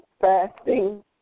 Fasting